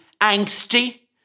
angsty